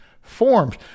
forms